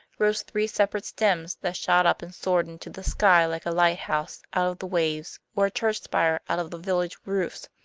rose three separate stems that shot up and soared into the sky like a lighthouse out of the waves or a church spire out of the village roofs.